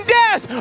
death